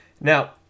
Now